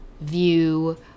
view